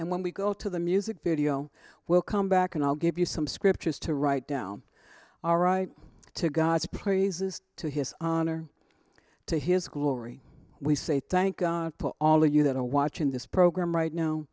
and when we go to the music video we'll come back and i'll give you some scriptures to write down all right to god's praises to his honor to his glory we say thank all of you that are watching this program right now